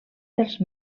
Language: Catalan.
dels